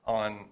on